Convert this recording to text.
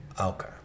Okay